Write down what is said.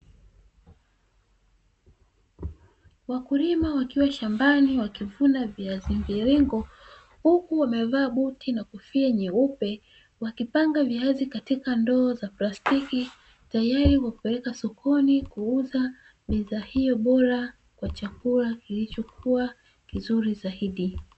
Wakulima wakiwa shambani wakivuna viazi mviringo, huku wamevaa buti na kofia nyeupe, wakipanga viazi katika ndoo za plastiki tayari kwa kupeleka sokoni kuuza bidhaa hiyo bora kwa chakula kilichokuwa kizuri zaidi.